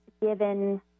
given